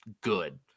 good